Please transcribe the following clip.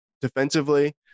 defensively